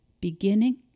beginning